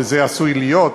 וזה עשוי להיות,